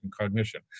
cognition